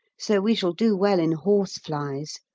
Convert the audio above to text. so we shall do well in horse-flies.